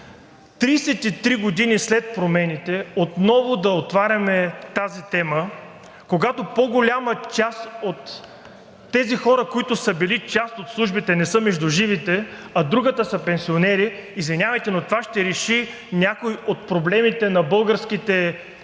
33 години след промените отново да отваряме тази тема, когато по-голяма част от тези хора, които са били част от службите, не са между живите, а другата са пенсионери, извинявайте, но това ще реши ли някои от проблемите на българските граждани